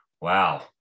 Wow